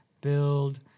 build